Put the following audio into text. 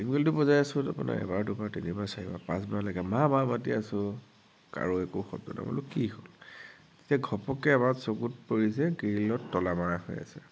calling বেলটো বজাই আছো আপোনাৰ এবাৰ দুবাৰ তিনিবাৰ চাৰিবাৰ পাচঁবাৰলেকে মা মা মা কে মাতি আছো কাৰো একো শব্দ নাই মই বোলো কি হ'ল তেতিয়া ঘপককে এবাৰ চকুত পৰিল যে গ্ৰীলত তলা মৰা হৈ আছে